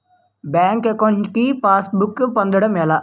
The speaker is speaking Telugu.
బ్యాంక్ అకౌంట్ కి పాస్ బుక్ పొందడం ఎలా?